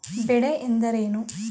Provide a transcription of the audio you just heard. ಬೆಳೆ ಎಂದರೇನು?